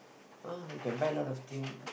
oh you can buy a lot of thing